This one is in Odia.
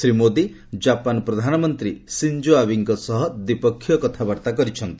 ଶ୍ରୀ ମୋଦି ଜାପାନ ପ୍ରଧାନମନ୍ତ୍ରୀ ସିଞ୍ଜୋ ଆବେଙ୍କ ସହ ଦ୍ୱିପକ୍ଷୀୟ କଥାବାର୍ତ୍ତା କରିଛନ୍ତି